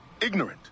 Ignorant